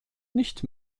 nicht